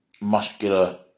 muscular